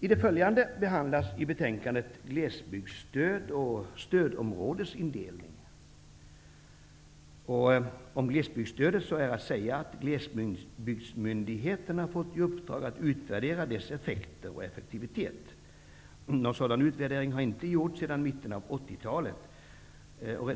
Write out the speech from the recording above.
I det följande behandlas i betänkandet glesbygdsstöd och stödområdesindelning. Om glesbygdsstödet är att säga att Glesbygdsmyndigheten har fått i uppdrag att utvärdera dess effekter och effektivitet. Någon sådan utvärdering har inte gjorts sedan mitten av 1980-talet.